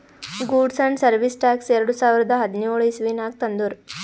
goods and service tax ಎರಡು ಸಾವಿರದ ಹದಿನ್ಯೋಳ್ ಇಸವಿನಾಗ್ ತಂದುರ್